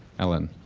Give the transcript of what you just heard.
ellen?